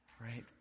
Right